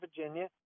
Virginia